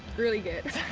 really good.